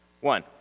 One